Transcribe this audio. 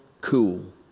cool